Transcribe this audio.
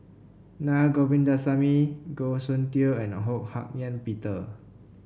Naa Govindasamy Goh Soon Tioe and Ho Hak Ean Peter